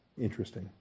interesting